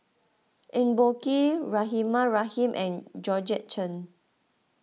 Eng Boh Kee Rahimah Rahim and Georgette Chen